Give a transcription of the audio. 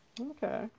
okay